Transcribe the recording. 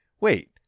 wait